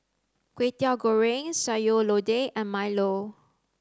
Kwetiau Goreng sayur lodeh and milo